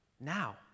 now